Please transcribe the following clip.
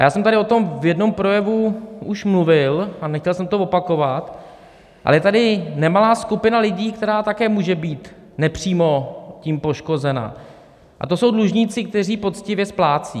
Já jsem tady o tom v jednom projevu už mluvil a nechtěl jsem to opakovat, ale je tady nemalá skupina lidí, která také může být nepřímo tím poškozena, a to jsou dlužníci, kteří poctivě splácí.